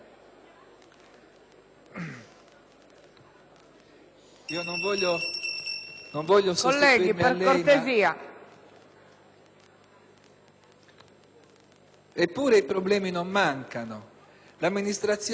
Colleghi, per cortesia.